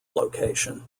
location